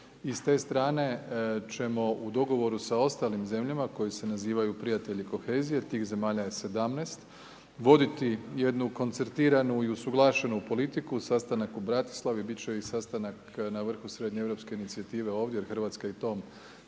I s te strane ćemo u dogovoru sa ostalim zemljama, koje se nazivaju Prijatelji kohezije, tih zemalja je 17, voditi jednu koncertiranu i usuglašenu politiku, sastanak u Bratislavi bit će i sastanak na vrhu srednje europske inicijative ovdje, jer Hrvatska i tom